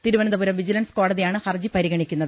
Thiruvananthapuram vigilance കോടതിയാണ് ഹർജി പരിഗണിക്കുന്നത്